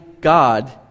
God